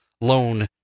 loan